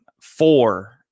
four